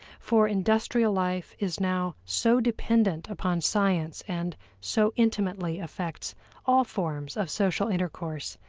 for industrial life is now so dependent upon science and so intimately affects all forms of social intercourse,